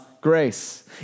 grace